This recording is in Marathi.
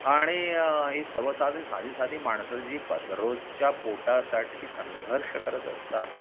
आणि ही सर्व साधी साधीसाधी माणसं जी प दररोजच्या पोटासाठी संघर्ष करत असतात